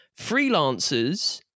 Freelancers